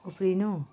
उफ्रिनु